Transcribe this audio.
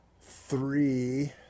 Three